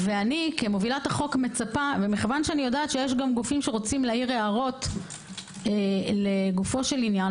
כיוון שאני יודעת שיש גופים שרוצים להעיר לגופו של ענין,